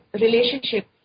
relationship